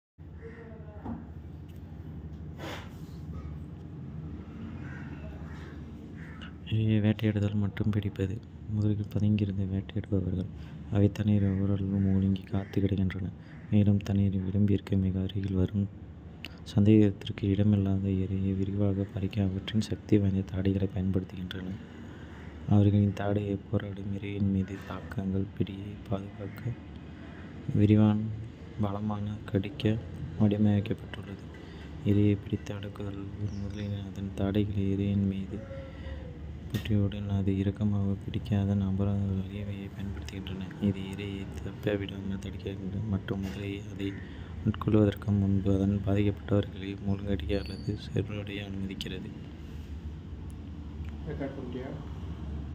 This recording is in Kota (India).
வேட்டையாடுதல் மற்றும் இரையைப் பிடித்தல். அவற்றின் தாடைகள் அவற்றின் முதன்மை வேட்டைக் கருவியாகும். மின்னல் வேகத்துல தாக்கறதுனால, அதுங்க. அபரிமிதமான பலத்தோட இரையைப் பிடிச்சுப் பிடிக்க முடியும். இரையை அடக்குதல் மற்றும் கொல்தல் முதலைகள் தங்கள் இரையைப் பிடித்தவுடன். அதை அடக்கவும் கொல்லவும் தங்கள் தாடைகளைப் பயன்படுத்துகின்றன. அவர்கள் எலும்புகளை நொறுக்கலாம், சதையைக் கிழிக்கலாம், பாதிக்கப்பட்டவர்களை மூழ்கடிக்கலாம்.